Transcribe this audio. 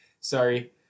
Sorry